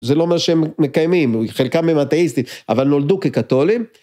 זה לא אומר שהם מקיימים, חלקם הם אטאיסטים, אבל נולדו כקתולים.